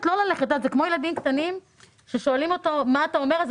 זה כמו ילד קטן ששואלים אותו מה אתה אומר על זה,